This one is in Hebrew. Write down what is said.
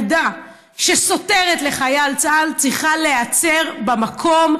ילדה שסוטרת לחייל צה"ל צריכה להיעצר במקום.